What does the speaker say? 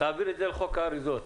להעביר את זה לחוק האריזות,